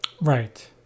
Right